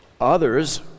Others